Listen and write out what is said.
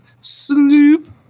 sloop